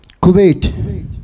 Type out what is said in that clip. Kuwait